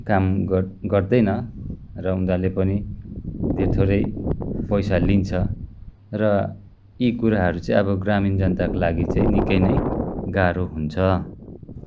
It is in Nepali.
काम ग गर्दैन र उनीहरूले पनि धेर थोरै पैसा लिन्छ र यी कुराहरू चाहिँ अब ग्रामीण जनताको लागि चाहिँ निकै नै गाह्रो हुन्छ